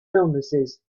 illnesses